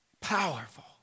powerful